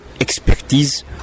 expertise